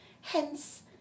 hence